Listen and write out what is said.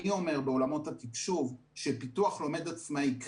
אני אומר בעולמות התקשוב שפיתוח לומד עצמאי,